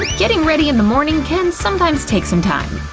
getting ready in the morning can sometimes take some time.